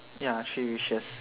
ya three wishes